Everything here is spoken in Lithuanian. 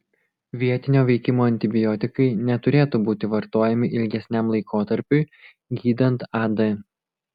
vietinio veikimo antibiotikai neturėtų būti vartojami ilgesniam laikotarpiui gydant ad